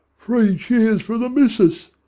three cheers for the missis!